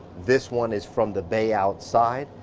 this one is from the bay outside,